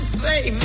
baby